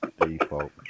Default